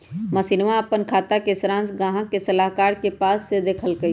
मनीशा अप्पन खाता के सरांश गाहक सलाहकार के पास से देखलकई